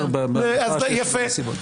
מאפשר בתקופה --- יפה.